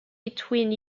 between